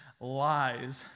lies